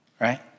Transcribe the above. right